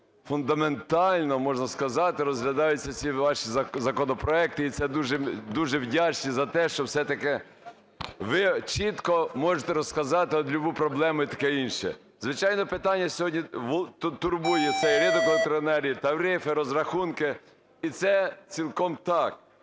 фундаментально, можна сказати, розглядаються ці ваші законопроекти, і це дуже… дуже вдячні за те, що все-таки ви чітко можете розказати от любу проблему і таке іншу. Звичайно, питання сьогодні турбує цей ринок електроенергії, тарифи, розрахунки, і це цілком так.